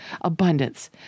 abundance